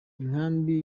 inkambi